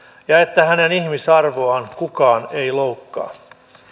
ja että hänen ihmisarvoaan kukaan ei loukkaa